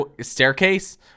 staircase